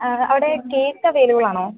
അവിടെ കേക്ക് അവൈലബിളാണോ